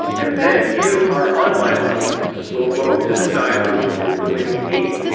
and then, you, our online audience, will vote to decide who is the winning team.